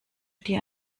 dir